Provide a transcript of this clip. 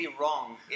wrong